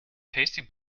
tasty